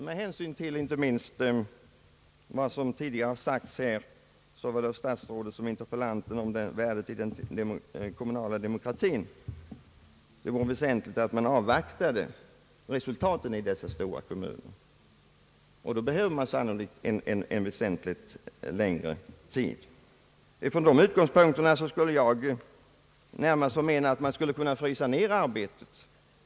Med hänsyn till inte minst vad som tidigare har sagts här av såväl statsrådet som interpellanten om värdet av den kommunala demokratin tycker jag att det vore väsentligt att man först avvaktade resultaten i de stora kommuner som redan bildats. Men då behöver man sannolikt en väsentligt längre tid. Från dessa utgångspunkter förmenar jag närmast att man skulle kunna frysa ner reformen.